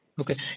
Okay